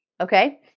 okay